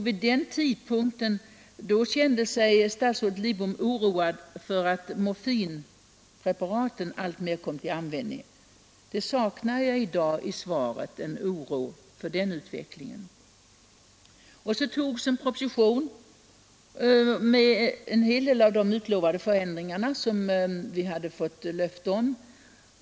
Vid den tidpunkten kände sig statsrådet Lidbom oroad för att morfinpreparaten alltmer kom till användning. En oro för den utvecklingen saknar jag i dag i svaret. Så antogs en proposition med en hel del av de förändringar som vi hade fått löfte om.